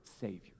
Savior